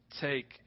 Take